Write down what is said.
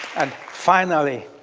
and finally,